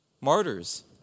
martyrs